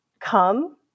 come